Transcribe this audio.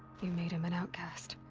you made him an outcast.